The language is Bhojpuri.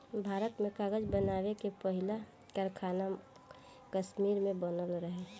भारत में कागज़ बनावे के पहिला कारखाना कश्मीर में बनल रहे